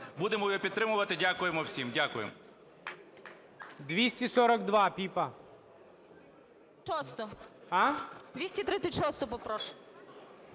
Будемо його підтримувати. Дякуємо всім. Дякуємо.